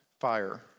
fire